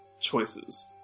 choices